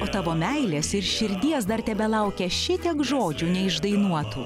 o tavo meilės ir širdies dar tebelaukia šitiek žodžių neišdainuotų